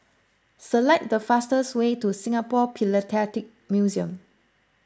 select the fastest way to Singapore Philatelic Museum